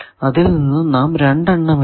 അതിൽ നിന്നും നാം 2 എണ്ണം എഴുതി